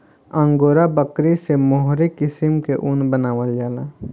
angora बकरी से mohair किसिम के ऊन बनावल जाला